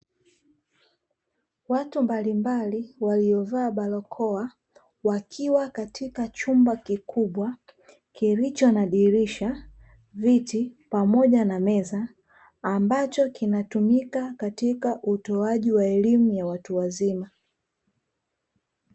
Watu mbalimbali waliovaa barakoa, wakiwa katika chumba kikubwa kilicho nadhirisha viti, pamoja na meza, ambacho kinatumika katika utoaji wa elimu ya watu wazima.